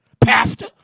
pastor